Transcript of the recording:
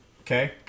Okay